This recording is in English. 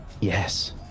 yes